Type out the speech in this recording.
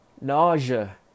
Nausea